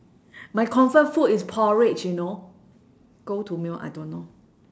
my comfort food is porridge you know go to meal I don't know